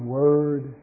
word